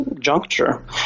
juncture